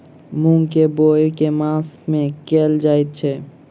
मूँग केँ बोवाई केँ मास मे कैल जाएँ छैय?